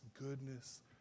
goodness